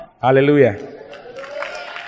Hallelujah